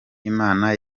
imana